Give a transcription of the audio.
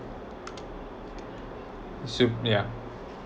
soup yeah